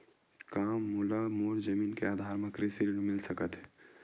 का मोला मोर जमीन के आधार म कृषि ऋण मिल सकत हे?